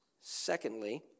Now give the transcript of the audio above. Secondly